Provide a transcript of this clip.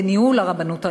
בניהול הרבנות הראשית.